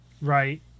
Right